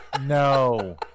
no